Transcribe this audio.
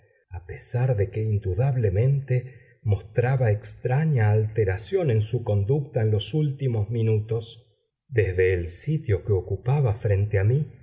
a pesar de que indudablemente mostraba extraña alteración en su conducta en los últimos minutos desde el sitio que ocupaba frente a mí